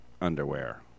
underwear